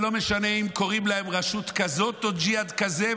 ולא משנה אם קוראים להם רשות כזאת או ג'יהאד כזה,